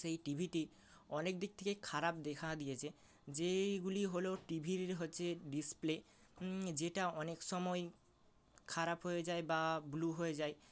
সেই টি ভিটি অনেক দিক থেকে খারাপ দেখা দিয়েছে যেইগুলি হল টি ভির হচ্ছে ডিসপ্লে যেটা অনেক সময় খারাপ হয়ে যায় বা ব্লু হয়ে যায়